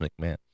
McMahon